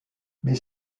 mais